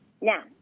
Now